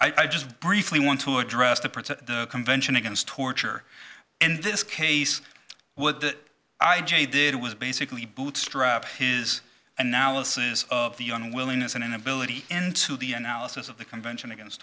i just briefly want to address the parts of the convention against torture in this case would that i j did was basically bootstrap his analysis of the young willingness and inability into the analysis of the convention against